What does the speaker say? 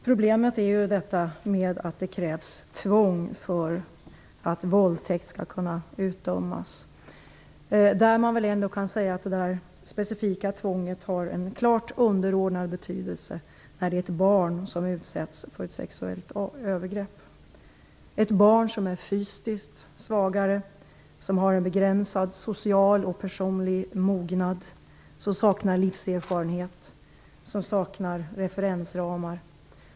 Problemet är att det krävs ett tvång för att man skall kunna döma för våldtäkt. Det specifika tvånget har en klart underordnad betydelse när ett barn utsätts för ett sexuellt övergrepp. Ett barn är fysiskt svagare, har en begränsad social och personlig mognad och saknar livserfarenhet och referensramar.